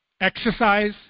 Exercise